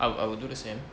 I will I will do the same